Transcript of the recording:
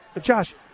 Josh